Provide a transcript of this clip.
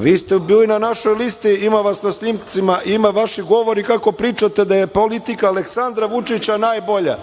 Vi ste bili na našoj listi, ima vas na snimcima, ima vaših govora kako pričate da je politika Aleksandra Vučića najbolja.